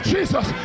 Jesus